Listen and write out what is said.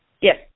yes